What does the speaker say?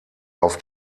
auf